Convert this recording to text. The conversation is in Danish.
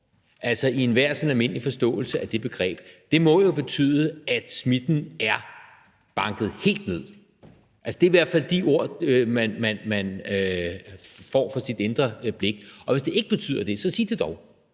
altså i enhver sådan almindelig forståelse af det begreb, må jo betyde, at smitten er banket helt ned. Det er i hvert fald det, man ser for sit indre blik, og hvis det ikke betyder det, så sig det dog.